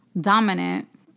dominant